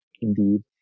Indeed